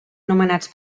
nomenats